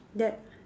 that